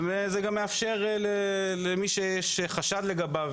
וזה גם מאפשר למי שיש חשד לגביו,